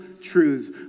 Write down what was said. truths